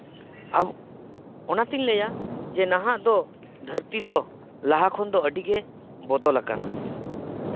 ᱟᱵᱚ ᱚᱱᱟ ᱛᱤᱧ ᱞᱟᱹᱭᱟ ᱡᱮ ᱱᱟᱦᱟᱜ ᱫᱚ ᱫᱷᱟᱹᱨᱛᱤ ᱫᱚ ᱞᱟᱦᱟ ᱠᱷᱚᱱ ᱫᱚ ᱟᱹᱰᱤ ᱜᱮ ᱵᱚᱫᱚᱞ ᱟᱠᱟᱱᱟ